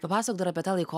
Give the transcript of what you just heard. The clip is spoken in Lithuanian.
papasakojo apie tą laiką